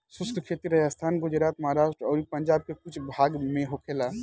शुष्क खेती राजस्थान, गुजरात, महाराष्ट्र अउरी पंजाब के कुछ भाग में होखेला